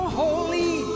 holy